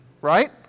right